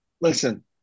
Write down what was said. Listen